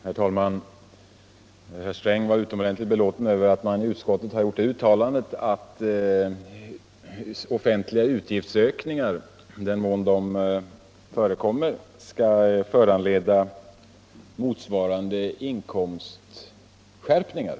Herr talman! Herr Sträng var utomordentligt belåten över att man i utskottet gjort det uttalandet, att offentliga utgiftsökningar i den mån de förekommer skall föranleda motsvarande inkomstskärpningar.